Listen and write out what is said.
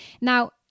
Now